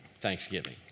Thanksgiving